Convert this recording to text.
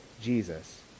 Jesus